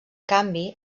canvi